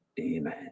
Amen